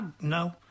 No